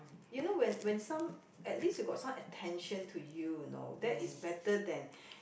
you know when when some at least you got some attention to you you know that is better than